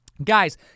Guys